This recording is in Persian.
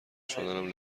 شدنم